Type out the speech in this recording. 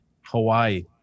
Hawaii